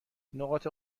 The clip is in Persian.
نقاط